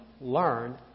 learn